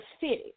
city